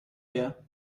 there